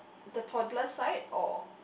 the toddler's side or